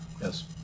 Yes